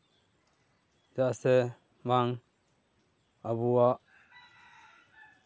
ᱪᱮᱫᱟᱜ ᱥᱮ ᱵᱟᱝ ᱟᱵᱚᱣᱟᱜ